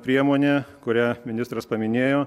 priemonė kurią ministras paminėjo